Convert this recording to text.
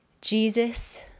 Jesus